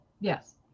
Yes